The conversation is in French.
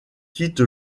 quitte